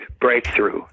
breakthrough